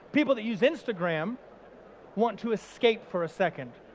people that use instagram want to escape for a second.